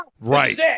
Right